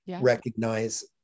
recognize